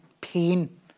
pain